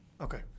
okay